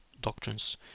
doctrines